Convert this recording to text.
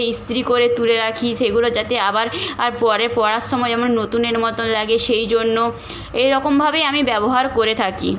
ইস্ত্রি করে তুলে রাখি সেগুলো যাতে আবার আর পরে পরার সময় যেমন নতুনের মতন লাগে সেই জন্য এই রকমভাবেই আমি ব্যবহার করে থাকি